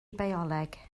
bioleg